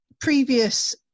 previous